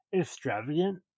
extravagant